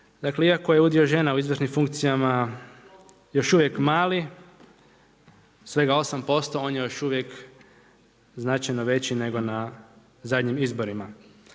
Dakle iako je udio žena u izvršnim funkcijama još uvijek mali, svega 8%, on je još uvijek značajno veći nego na zadnjim izborima.